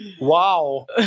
Wow